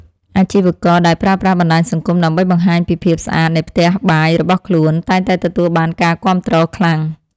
អាជីវករដែលប្រើប្រាស់បណ្តាញសង្គមដើម្បីបង្ហាញពីភាពស្អាតនៃផ្ទះបាយរបស់ខ្លួនតែងតែទទួលបានការគាំទ្រខ្លាំង។